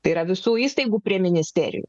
tai yra visų įstaigų prie ministerijų